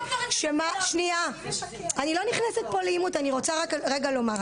אני רוצה רק רגע לומר,